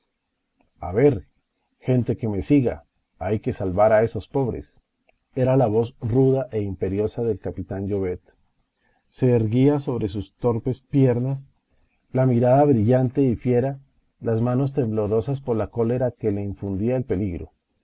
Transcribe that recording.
a ver gente que me siga hay que salvar a esos pobres era la voz ruda e imperiosa del capitán llovet se erguía sobre sus torpes piernas la mirada brillante y fiera las manos temblorosas por la cólera que le infundía el peligro